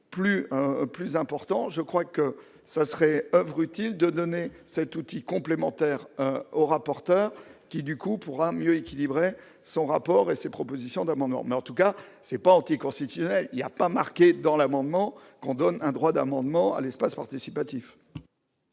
plus important, je crois que ça serait oeuvre utile de donner cet outil complémentaire au rapporteur, qui du coup pourrait mieux équilibrer son rapport et ses propositions d'amendement, mais en tout cas c'est pas anticonstitutionnel, il y a pas marqué dans l'amendement qu'on donne un droit d'amendement à l'espace participatif.